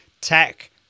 tech